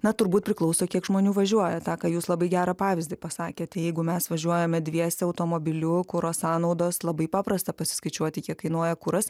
na turbūt priklauso kiek žmonių važiuoja tą ką jūs labai gerą pavyzdį pasakėt jeigu mes važiuojame dviese automobiliu kuro sąnaudos labai paprasta pasiskaičiuoti kiek kainuoja kuras